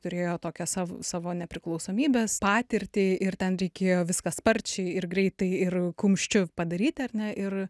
turėjo tokią sav savo nepriklausomybės patirtį ir ten reikėjo viską sparčiai ir greitai ir kumščiu padaryti ar ne ir